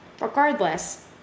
Regardless